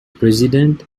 president